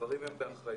שהדברים הם באחריותי,